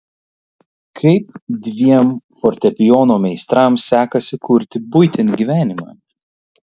kaip dviem fortepijono meistrams sekasi kurti buitinį gyvenimą